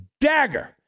dagger